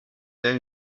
they